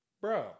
Bro